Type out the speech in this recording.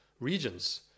regions